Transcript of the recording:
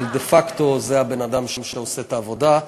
אבל דה פקטו זה הבן-אדם שעושה את העבודה.